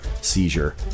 seizure